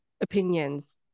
opinions